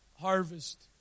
harvest